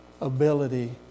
ability